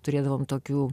turėdavom tokių